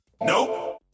Nope